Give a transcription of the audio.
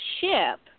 ship